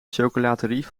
chocolaterie